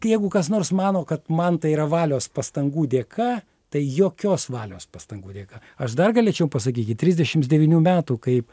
jeigu kas nors mano kad man tai yra valios pastangų dėka tai jokios valios pastangų dėka aš dar galėčiau pasakyt iki trisdešims devynių metų kaip